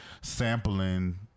sampling